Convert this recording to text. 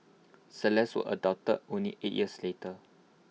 celeste was adopted only eight years later